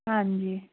ਹਾਂਜੀ